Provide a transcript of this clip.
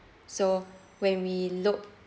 so when we look